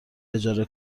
اجاره